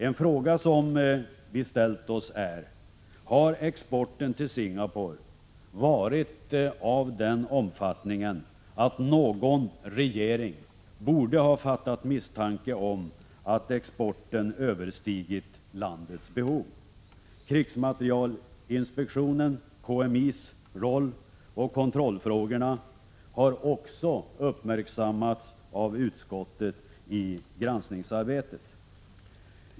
En fråga som vi ställt oss är: Har exporten till Singapore varit av den omfattningen att någon regering borde ha fattat misstanke om att exporten överstigit landets behov? Krigsmaterielinspektionens — KMI:s — roll och kontrollfrågorna har också uppmärksammats av utskottet i granskningsarbetet.